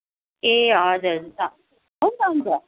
ए हजुर हुन्छ हुन्छ हुन्छ